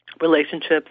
relationships